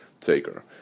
taker